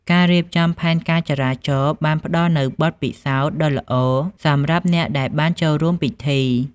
ការរៀបចំផែនការចរាចរណ៍បានផ្តល់នូវបទពិសោធន៍ដ៏ល្អសម្រាប់អ្នកដែលបានចូលរួមពិធី។